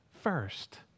first